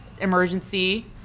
emergency